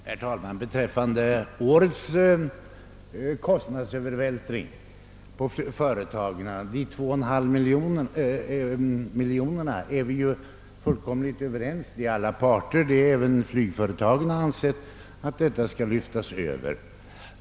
Herr talman! Beträffande årets kostnadsövervältring på företagen — de 21/2 miljonerna — är ju alla parter fullständigt överens. Även flygföretagen har ansett att denna kostnad skall lyftas över.